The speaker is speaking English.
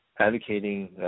advocating